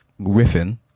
Riffing